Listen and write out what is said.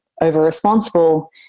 over-responsible